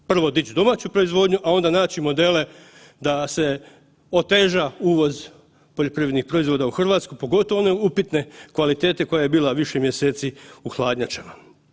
Prvo dići domaću proizvodnju, a onda naći modele da se oteža uvoz poljoprivrednih proizvoda u Hrvatskoj, pogotovo one upitne kvalitete koja je bila više mjeseci u hladnjačama.